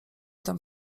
tam